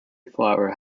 flower